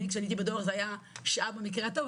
כשאני הייתי בדואר זה היה שעה במקרה הטוב,